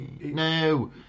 No